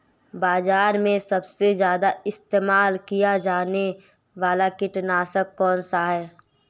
बाज़ार में सबसे ज़्यादा इस्तेमाल किया जाने वाला कीटनाशक कौनसा है?